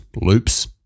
loops